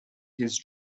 his